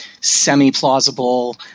semi-plausible